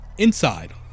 Inside